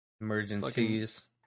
Emergencies